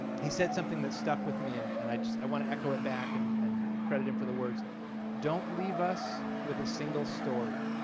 he said something that stuck with me and and i just i want to echo it back and and credit him for the words don't leave us with a single story.